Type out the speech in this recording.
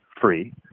free